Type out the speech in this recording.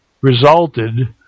resulted